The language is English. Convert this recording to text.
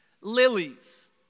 lilies